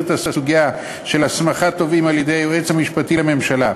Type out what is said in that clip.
את הסוגיה של הסמכת תובעים על-ידי היועץ המשפטי לממשלה,